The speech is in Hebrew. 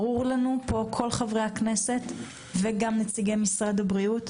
ברור לכל חברי הכנסת וגם לנציגי משרד הבריאות,